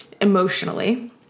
emotionally